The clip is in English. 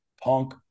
Punk